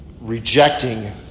rejecting